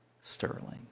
Sterling